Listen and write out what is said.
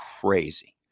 crazy